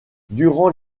durant